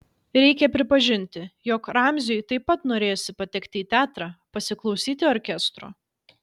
reikia pripažinti jog ramziui taip pat norėjosi patekti į teatrą pasiklausyti orkestro